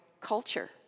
culture